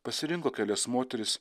pasirinko kelias moteris